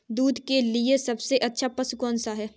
दूध के लिए सबसे अच्छा पशु कौनसा है?